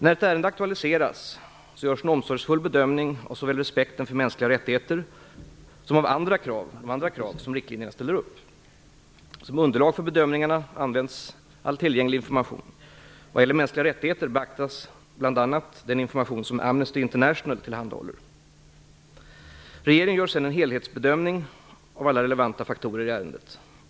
När ett ärende aktualiseras görs en omsorgsfull bedömning av såväl respekten för mänskliga rättigheter som de andra krav som riktlinjerna ställer upp. Som underlag för bedömningen används all tillgänglig information. Vad gäller mänskliga rättigheter beaktas bl.a. den information som Amnesty International tillhandahåller. Regeringen gör sedan en helhetsbedömning av alla relevanta faktorer i ärendet.